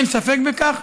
אין ספק בכך,